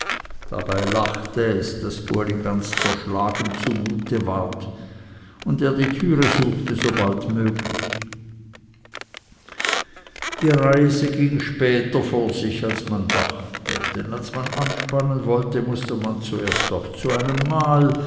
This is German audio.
dabei lachte es daß es uli ganz zerschlagen zumute ward und er die türe suchte so bald möglich die reise ging später vor sich als man dachte denn als man anspannen wollte mußte man zuerst noch zu einem mahl